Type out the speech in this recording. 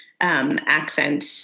accent